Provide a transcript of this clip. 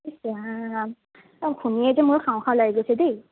ইছ ৰাম অঁ শুনিয়ে এতিয়া মোৰ খাওঁ খাওঁ লাগি গৈছে দেই